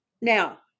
Now